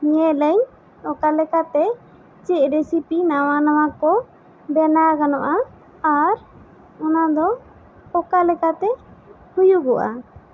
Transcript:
ᱧᱮᱞᱟᱹᱧ ᱚᱠᱟᱞᱮᱠᱟᱛᱮ ᱪᱮᱫ ᱨᱮᱥᱤᱯᱤ ᱱᱟᱣᱟ ᱱᱟᱣᱟ ᱠᱚ ᱵᱮᱱᱟᱣ ᱜᱟᱱᱚᱜᱼᱟ ᱟᱨ ᱚᱱᱟ ᱫᱚ ᱚᱠᱟᱞᱮᱠᱟᱛᱮ ᱦᱩᱭᱩᱜᱚᱜᱼᱟ